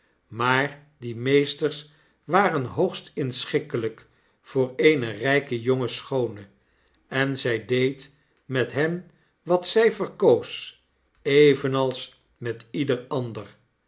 maar die meesters waren hoogst inschikkelijk voor eene rijke jonge schoone en zy deed met hen wat zij verkoos evenals met ieder ander